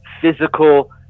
physical